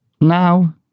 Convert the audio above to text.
now